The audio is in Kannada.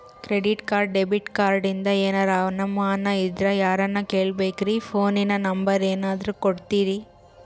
ಕ್ರೆಡಿಟ್ ಕಾರ್ಡ, ಡೆಬಿಟ ಕಾರ್ಡಿಂದ ಏನರ ಅನಮಾನ ಇದ್ರ ಯಾರನ್ ಕೇಳಬೇಕ್ರೀ, ಫೋನಿನ ನಂಬರ ಏನರ ಕೊಡ್ತೀರಿ?